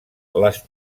les